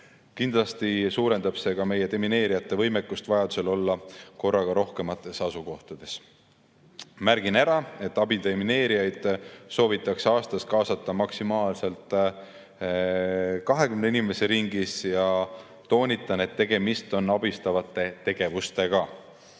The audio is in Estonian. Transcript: Kindlasti suurendab see ka meie demineerijate võimekust vajadusel olla korraga rohkemates asukohtades. Märgin ära, et abidemineerijaid soovitakse aastas kaasata maksimaalselt 20 inimese ringis, ja toonitan, et tegemist on abistavate tegevustega.